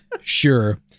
Sure